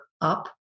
up